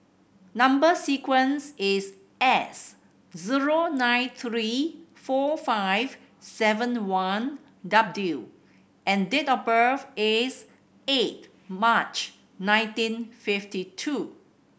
number sequence is S zero nine three four five seven one W and date of birth is eight March nineteen fifty two